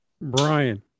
Brian